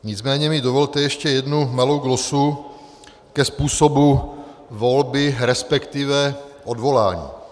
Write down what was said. Nicméně mi dovolte ještě jednu malou glosu ke způsobu volby, resp. odvolání.